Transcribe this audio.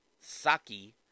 saki